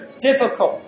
difficult